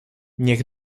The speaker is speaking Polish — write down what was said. niech